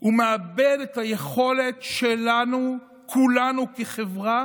הוא מאבד את היכולת שלנו כולנו כחברה